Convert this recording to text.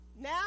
Now